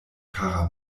kara